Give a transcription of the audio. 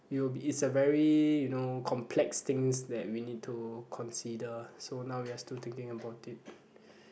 you'll be it's a very you know complex things that we need to consider so now we are still thinking about it